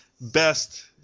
best